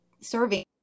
serving